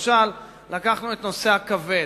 למשל לקחנו את נושא הכבד,